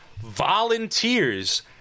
Volunteers